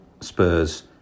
Spurs